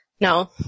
No